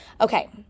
Okay